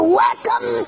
welcome